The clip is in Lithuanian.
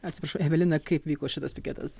atsiprašau evelina kaip vyko šitas piketas